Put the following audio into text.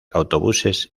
autobuses